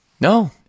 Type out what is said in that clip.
No